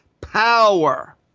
power